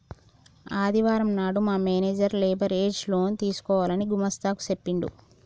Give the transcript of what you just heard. ఆదివారం నాడు మా మేనేజర్ లేబర్ ఏజ్ లోన్ తీసుకోవాలని గుమస్తా కు చెప్పిండు